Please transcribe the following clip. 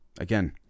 Again